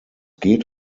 geht